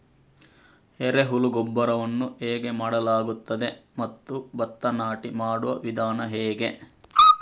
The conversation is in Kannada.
ಎರೆಹುಳು ಗೊಬ್ಬರವನ್ನು ಹೇಗೆ ಮಾಡಲಾಗುತ್ತದೆ ಮತ್ತು ಭತ್ತ ನಾಟಿ ಮಾಡುವ ವಿಧಾನ ಹೇಗೆ?